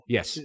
Yes